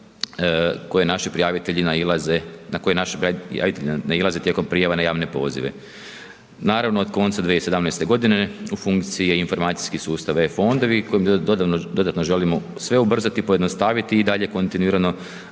na koje naši nailaze tijekom prijava na javne pozive. Naravno, od konca 2017. godine, u funkciji je informacijski sustav e-Fondovi, kojima dodatno želimo sve ubrzati i pojednostaviti i dalje kontinuirano